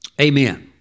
Amen